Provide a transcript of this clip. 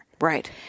Right